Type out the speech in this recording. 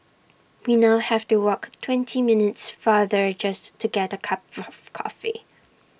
we now have to walk twenty minutes farther just to get A cup of coffee